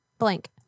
Blank